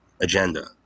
agenda